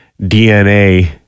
DNA